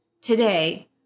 today